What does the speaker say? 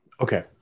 Okay